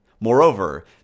Moreover